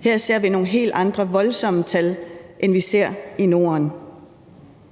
Her ser vi nogle helt andre voldsomme tal, end vi ser i Norden.